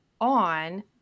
on